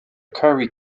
currie